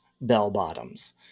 bell-bottoms